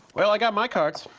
well i got my cards.